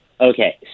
Okay